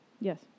Yes